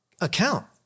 account